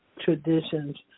traditions